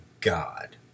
God